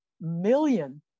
million